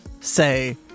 say